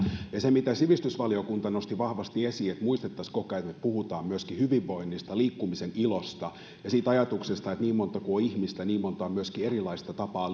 mitä sivistysvaliokunta nosti vahvasti esiin on se että muistaisimme koko ajan että me puhumme myöskin hyvinvoinnista liikkumisen ilosta ja siitä ajatuksesta että niin monta kuin on ihmistä niin monta on myöskin erilaista tapaa